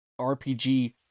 RPG